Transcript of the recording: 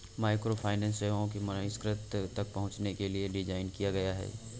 microfinance सेवाओं को बहिष्कृत ग्राहकों तक पहुंचने के लिए डिज़ाइन किया गया है